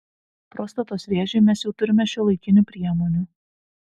prostatos vėžiui mes jau turime šiuolaikinių priemonių